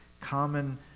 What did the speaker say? common